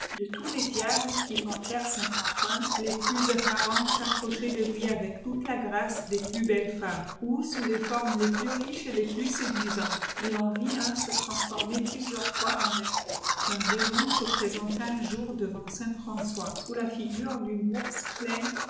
de tous les diables qui tentèrent saint antoine les plus apparents s'approchaient de lui avec toutes les grâces des plus beuea femmes ou sous les formes'les plus riches et les plus séduisantes il en vît un se transformer plusieurs fois en lingot un d mon se présenta un jour devant saint françois sous la figure d'une bourse pleine